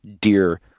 dear